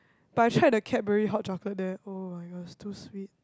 but I tried the Cadbury hot chocolate there [oh]-my-god is too sweet